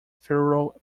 federal